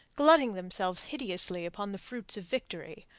glutting themselves hideously upon the fruits of victory.